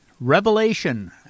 Revelation